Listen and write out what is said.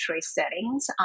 settings